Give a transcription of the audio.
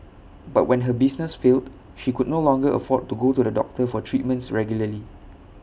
but when her business failed she could no longer afford to go to the doctor for treatments regularly